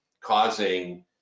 causing